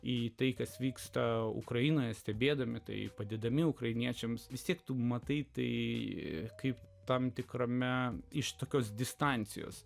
į tai kas vyksta ukrainoje stebėdami tai padėdami ukrainiečiams vis tiek tu matai tai kaip tam tikrame iš tokios distancijos